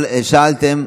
אבל שאלתם,